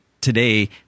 today